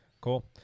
cool